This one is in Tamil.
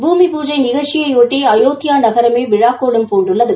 பூமி பூஜை நிகழ்ச்சியையொட்டி அயோத்தியா நகரமே விழாக்கோலம் பூண்டுள்ளது